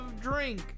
drink